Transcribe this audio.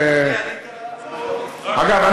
אגב,